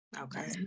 Okay